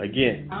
Again